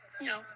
No